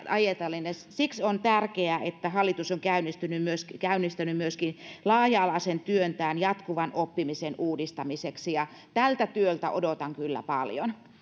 ajatellen siksi on tärkeää että hallitus on käynnistänyt myöskin käynnistänyt myöskin laaja alaisen työn jatkuvan oppimisen uudistamiseksi ja tältä työltä odotan kyllä paljon